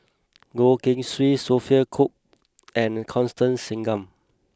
Goh Keng Swee Sophia Cooke and Constance Singam